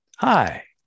Hi